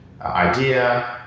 idea